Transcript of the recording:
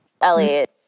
Elliot